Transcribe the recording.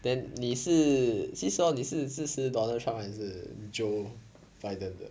then 你是是说你是是是 donald trump 还是 joe biden 的